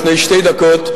לפני שתי דקות,